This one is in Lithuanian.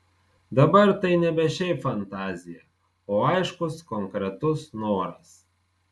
dabar tai nebe šiaip fantazija o aiškus konkretus noras